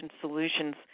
solutions